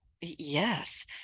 yes